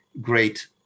great